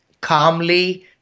calmly